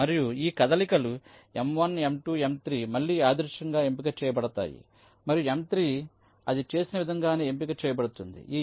మరియు ఈ కదలికలు M1 M2 M3 మళ్ళీ యాదృచ్ఛికంగా ఎంపిక చేయబడతాయి మరియు M3 అది చేసిన విధంగానే ఎంపిక చేయబడుతుంది